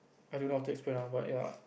I don't how to explain ah but ya